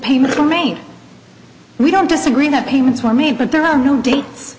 payment to me we don't disagree that payments were made but there are no dates